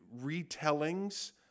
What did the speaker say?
retellings